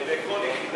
זה 120 שקלים לכל יחידה,